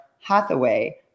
Hathaway